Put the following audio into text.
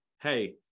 hey